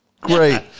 great